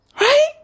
right